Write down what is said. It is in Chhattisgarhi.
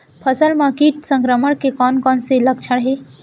फसल म किट संक्रमण के कोन कोन से लक्षण हे?